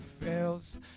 fails